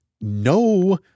No